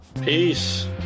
Peace